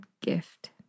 gift